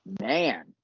Man